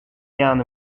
ian